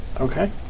Okay